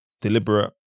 deliberate